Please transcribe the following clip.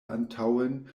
antaŭen